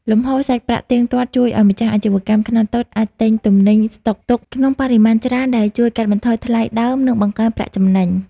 លំហូរសាច់ប្រាក់ទៀងទាត់ជួយឱ្យម្ចាស់អាជីវកម្មខ្នាតតូចអាចទិញទំនិញស្ដុកទុកក្នុងបរិមាណច្រើន ដែលជួយកាត់បន្ថយថ្លៃដើម និងបង្កើនប្រាក់ចំណេញ។